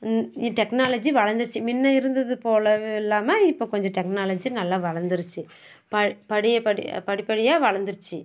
இன் இங்கே டெக்னாலஜி வளர்ந்திரிச்சி முன்ன இருந்தது போலவும் இல்லாமல் இப்போ கொஞ்சம் டெக்னாலஜி நல்லா வளர்ந்திரிச்சி பட் படைய படைய படி படியாக வளர்ந்திரிச்சி